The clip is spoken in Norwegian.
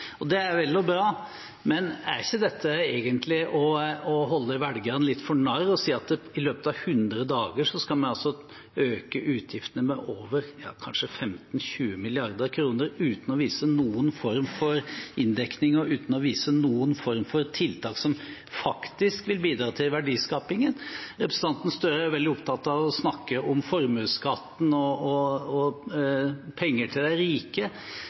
Det er vel og bra, men er det ikke egentlig å holde velgerne litt for narr å si at i løpet av 100 dager skal man øke utgiftene med over kanskje 15–20 mrd. kr uten å vise noen form for inndekning og uten å vise noen form for tiltak som faktisk vil bidra til verdiskapingen? Representanten Gahr Støre er veldig opptatt av å snakke om formuesskatten og penger til de rike.